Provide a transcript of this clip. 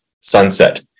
sunset